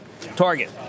Target